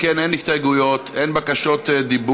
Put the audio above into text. אם כן, אין הסתייגויות, אין בקשות דיבור.